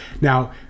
Now